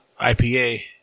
IPA